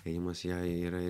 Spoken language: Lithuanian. ėjimas į ją yra ir